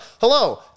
Hello